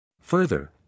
Further